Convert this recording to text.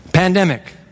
Pandemic